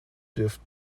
dürfen